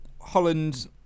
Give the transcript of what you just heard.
Holland